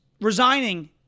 resigning